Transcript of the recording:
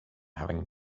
having